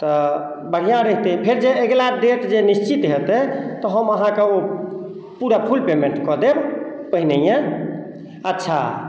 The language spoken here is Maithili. तऽ बढ़िआँ रहितै फेर जे अगिला डेट जे निश्चित हेतै तऽ हम अहाँके ओ पूरा फुल पेमेन्ट कऽ देब पहिनैए अच्छा